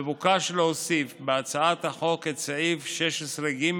מבוקש להוסיף בהצעת החוק את סעיף 16ג,